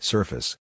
Surface